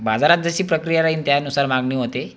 बाजारात जशी प्रक्रिया राहील त्यानुसार मागणी होते